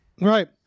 right